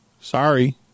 Sorry